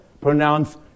pronounce